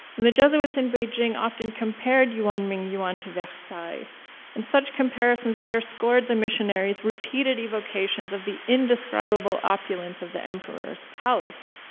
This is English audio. and the jesuits in beijing often compared yuanmingyuan to versailles and such comparisons underscored the missionaries' repeated evocations of the indescribable opulence of the emperor's palace.